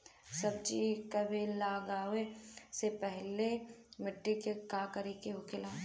सब्जी कभी लगाओ से पहले मिट्टी के का करे के होखे ला?